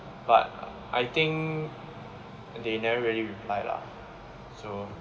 but I think they never really reply lah so maybe